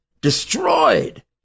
destroyed